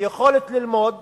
ויכולת ללמוד